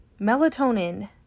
Melatonin